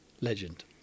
legend